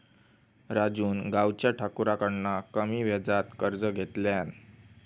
राजून गावच्या ठाकुराकडना कमी व्याजात कर्ज घेतल्यान